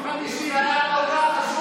אתם בדיחה.